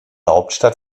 hauptstadt